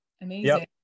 Amazing